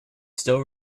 still